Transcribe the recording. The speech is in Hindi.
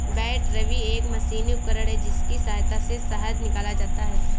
बैटरबी एक मशीनी उपकरण है जिसकी सहायता से शहद निकाला जाता है